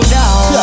down